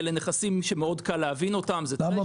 אלה נכסים שמאוד קל להבין אותם --- למה